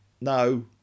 No